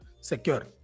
secure